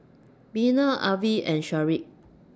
Bena Avie and Shedrick